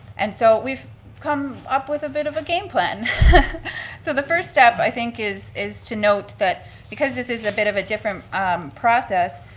and so we've come up with a bit of a game plan so the first step, i think, is is to note that because this is a bit of a different process,